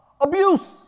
Abuse